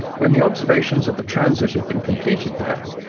when the observations of the transit had been completed there,